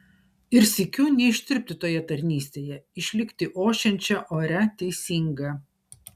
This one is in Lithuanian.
ir sykiu neištirpti toje tarnystėje išlikti ošiančia oria teisinga